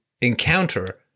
encounter